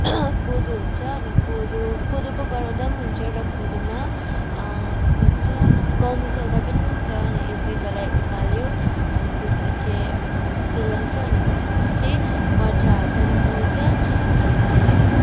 कोदो हुन्छ अनि कोदो कोदोको बनाउँदा पनि हुन्छ र कोदोमा के भन्छ गहुँ मिसाउँदा पनि हुन्छ यो दुइटालाई उमाल्यो अनि त्यसपछि सेलाउँछ अनि त्यसपछि चाहिँ मर्चा हाल्छ र मोल्छ अनि